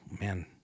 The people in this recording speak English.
man